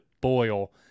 boil